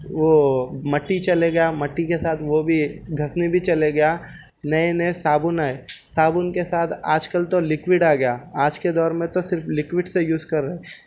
وہ مٹی چلے گیا مٹی کے ساتھ وہ بھی گھسنی بھی چلے گیا نئے نئے صابن آئے صابن کے ساتھ آج کل تو لکوڈ آ گیا آج کے دور میں تو صرف لکوِڈ سے یوز کر رہے